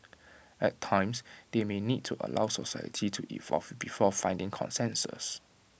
at times they may need to allow society to evolve before finding consensus